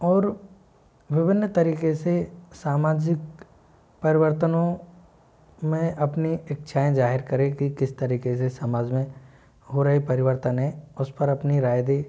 और विभिन्न तरीके से सामाजिक परिवर्तनों में अपनी इच्छाएँ जाहिर करे कि किस तरीके से समाज में हो रहे परिवर्तन है उस पर अपनी राय दे